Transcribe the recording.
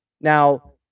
Now